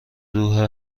روح